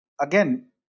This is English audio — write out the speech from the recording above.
again